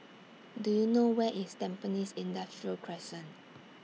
Do YOU know Where IS Tampines Industrial Crescent